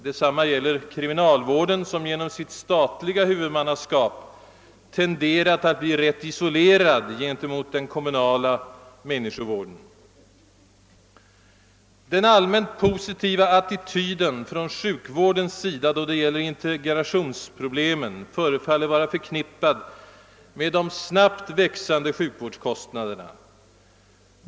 Detsamma gäller kriminalvården, som genom sitt statliga huvudmannaskap har åtminstone tenderat att stå ganska isolerad gentemot den kommunala människovården. Den allmänt positiva attityden från sjukvårdens sida då det gäller integrationsproblemen förefaller vara förknippad med de snabbt växande sjukvårdskostnaderna.